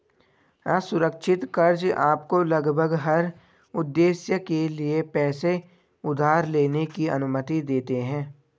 असुरक्षित कर्ज़ आपको लगभग हर उद्देश्य के लिए पैसे उधार लेने की अनुमति देते हैं